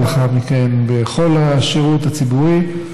ולאחר מכן בכל השירות הציבורי,